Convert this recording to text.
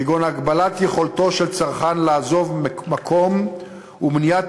כגון הגבלת יכולתו של צרכן לעזוב מקום ומניעת